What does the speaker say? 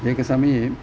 एकसमये